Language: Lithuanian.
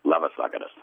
labas vakaras